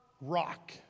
rock